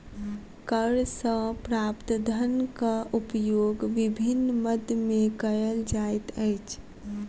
कर सॅ प्राप्त धनक उपयोग विभिन्न मद मे कयल जाइत अछि